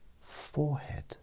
forehead